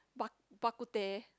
Bak Bak-Kut-Teh